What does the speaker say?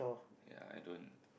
ya i don't